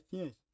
yes